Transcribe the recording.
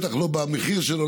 בטח לא במחיר שלו.